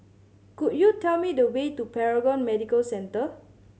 could you tell me the way to Paragon Medical Centre